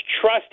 trust